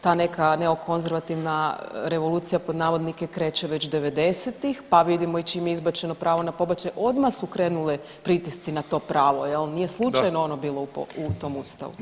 Ta neka neokonzervativna revolucija kreće već '90.-ih pa vidimo i čim je izbačeno pravo na pobačaj odmah su krenuli pritisci na to pravo jel, nije slučajno ono bilo u tom Ustavu.